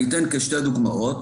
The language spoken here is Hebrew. אני אתן שתי דוגמאות.